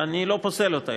ואני לא פוסל אותה,